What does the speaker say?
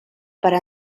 per